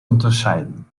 unterscheiden